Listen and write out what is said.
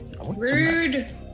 Rude